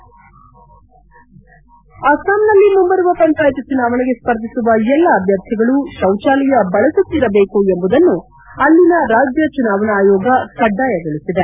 head ಅಸ್ತಾಂನಲ್ಲಿ ಮುಂಬರುವ ಪಂಚಾಯತ್ ಚುನಾವಣೆಗೆ ಸ್ಪರ್ಧಿಸುವ ಎಲ್ಲಾ ಅಭ್ಯರ್ಥಿಗಳು ಶೌಚಾಲಯ ಬಳಸುತ್ತಿರಬೇಕು ಎಂಬುದನ್ನು ಅಲ್ಲಿನ ರಾಜ್ಯ ಚುನಾವಣಾ ಆಯೋಗ ಕಡ್ಡಾಯಗೊಳಿಸಿದೆ